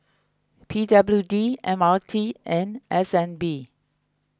P W D M R T and S N B